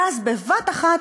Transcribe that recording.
ואז בבת אחת,